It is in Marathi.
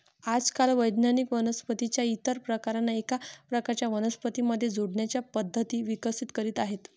आजकाल वैज्ञानिक वनस्पतीं च्या इतर प्रकारांना एका प्रकारच्या वनस्पतीं मध्ये जोडण्याच्या पद्धती विकसित करीत आहेत